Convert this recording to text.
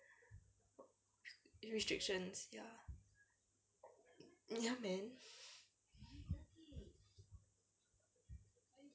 restrictions ya man